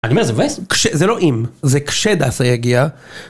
אני אומר, זה מבאס. זה לא אם, זה כשדסה יגיע.